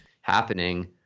happening